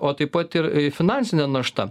o taip pat ir finansinė našta